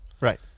Right